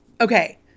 okay